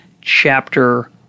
Chapter